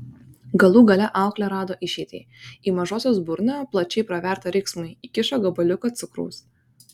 galų gale auklė rado išeitį į mažosios burną plačiai pravertą riksmui įkišo gabaliuką cukraus